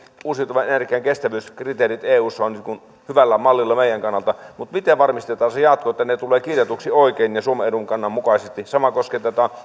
uusiutuvan energian kestävyyskriteerit eussa ovat hyvällä mallilla meidän kannaltamme mutta miten varmistetaan se jatko että ne tulevat kirjatuik si oikein ja suomen edun kannan mukaisesti sama koskee